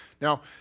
Now